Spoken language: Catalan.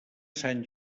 sant